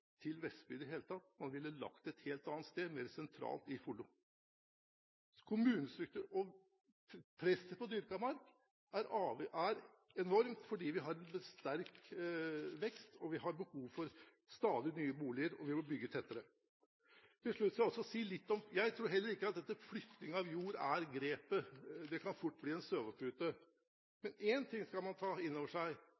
til Vestby i det hele tatt. Man ville lagt det et helt annet sted, mer sentralt i Follo. Presset på dyrket mark er enormt, fordi vi har en sterk vekst, vi har behov for stadig nye boliger, og vi må bygge tettere. Til slutt: Jeg tror heller ikke at dette med flytting av jord er grepet. Det kan fort bli en